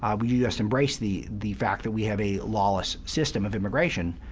um we just embrace the the fact that we have a lawless system of immigration.